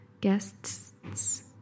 guests